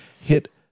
hit